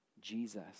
Jesus